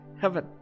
Heaven